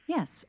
Yes